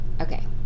Okay